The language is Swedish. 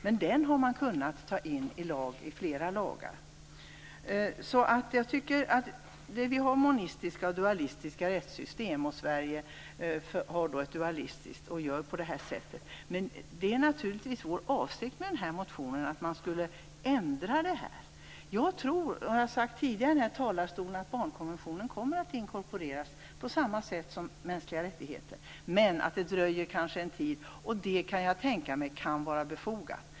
Men den har man kunnat ta in i flera lagar. Det finns monistiska och dualistiska rättssystem. Sverige har ett dualistiskt system, och gör på det sättet. Avsikten med Miljöpartiets motion är naturligtvis att ändra detta. Jag tror, och det har jag sagt tidigare i den här talarstolen, att barnkonventionen kommer att inkorporeras på samma sätt som de mänskliga rättigheterna. Det dröjer kanske en tid, och det kan jag tänka mig är befogat.